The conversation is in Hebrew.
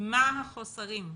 מה החוסרים.